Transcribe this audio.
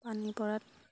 পানী পৰাত